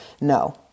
No